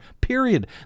Period